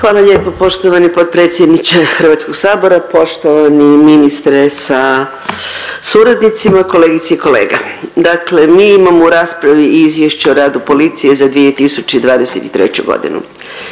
Hvala lijepo poštovani potpredsjedniče HS, poštovani ministre sa suradnicima, kolegice i kolege, dakle mi imamo u raspravi Izvješće o radu policije za 2023.g..